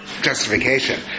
justification